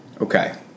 Okay